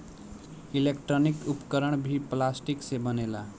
electronic उपकरण भी plastic से बनेला